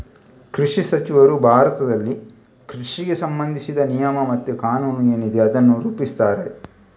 ಕೃಷಿ ಸಚಿವರು ಭಾರತದಲ್ಲಿ ಕೃಷಿಗೆ ಸಂಬಂಧಿಸಿದ ನಿಯಮ ಮತ್ತೆ ಕಾನೂನು ಏನಿದೆ ಅದನ್ನ ರೂಪಿಸ್ತಾರೆ